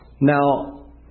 Now